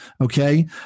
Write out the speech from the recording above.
Okay